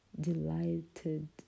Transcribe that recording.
delighted